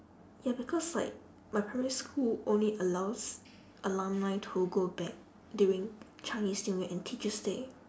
ya because like my primary school only allows alumni to go back during chinese new year and teachers' day